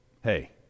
hey